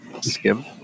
skim